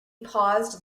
paused